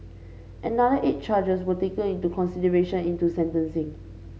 another eight charges were taken into consideration into sentencing